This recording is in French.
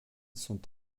sont